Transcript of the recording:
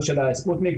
ספוטניק.